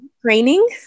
training